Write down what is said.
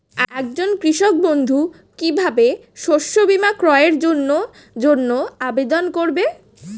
একজন কৃষক বন্ধু কিভাবে শস্য বীমার ক্রয়ের জন্যজন্য আবেদন করবে?